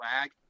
flag